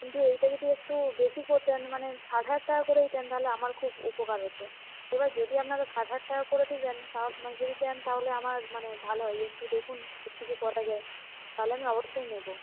কিন্তু ওইটা যদি একটু বেশি করতেন মানে ষাট হাজার টাকা করে দিতেন তাহলে আমার খুব উপকার হতো এবার যদি আপনারা ষাট হাজার টাকা করে দিতেন যদি দেন তাহলে আমার মানে ভালো হয় একটু দেখুন যদি কিছু করা যায় তাহলে আমি অবশ্যই নেবো